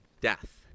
death